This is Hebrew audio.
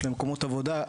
יש להם מקומות עבודה.